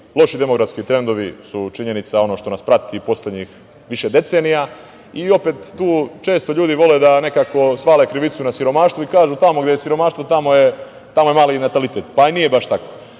Loši demografski trendovi su činjenica, ono što nas prati poslednjih više decenija. Opet tu često ljudi vole da nekako svale krivicu na siromaštvo i kažu – tamo gde je siromaštvo tamo je mali i natalitet. I nije baš tako.